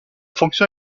fonction